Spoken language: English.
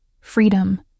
freedom